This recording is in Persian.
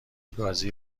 گازی